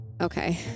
Okay